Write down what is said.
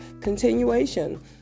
continuation